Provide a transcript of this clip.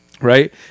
Right